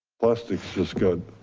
plastics just good.